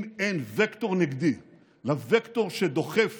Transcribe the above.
אם אין וקטור נגדי לווקטור שדוחף